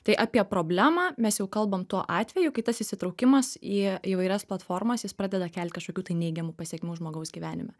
tai apie problemą mes jau kalbam tuo atveju kai tas įsitraukimas į įvairias platformas jis pradeda kelt kažkokių tai neigiamų pasekmių žmogaus gyvenime